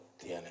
tiene